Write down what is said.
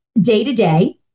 day-to-day